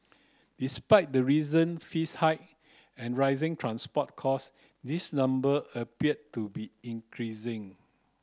despite the recent fees hike and rising transport cost this number appear to be increasing